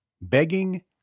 begging